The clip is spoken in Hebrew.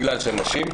בגלל שהן נשים,